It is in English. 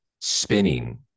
spinning